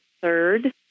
third